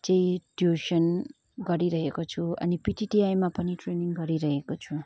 चाहिँ ट्युसन गरिरहेको छु अनि पिटिटिआईमा पनि ट्रेनिङ गरिरहेको छु